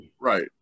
right